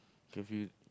if you